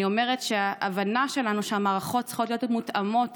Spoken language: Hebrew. אני אומרת שההבנה שלנו היא שהמערכות צריכות להיות מותאמות